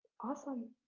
awesome